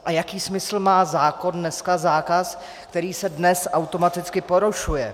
A jaký smysl má zákon dneska, zákaz, který se dnes automaticky porušuje?